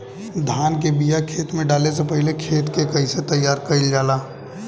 धान के बिया खेत में डाले से पहले खेत के कइसे तैयार कइल जाला?